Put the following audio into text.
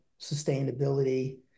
sustainability